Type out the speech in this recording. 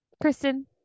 Kristen